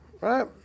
Right